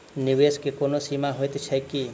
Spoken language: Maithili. निवेश केँ कोनो सीमा होइत छैक की?